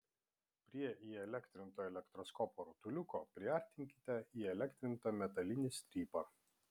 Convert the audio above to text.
prie įelektrinto elektroskopo rutuliuko priartinkite įelektrintą metalinį strypą